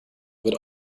wird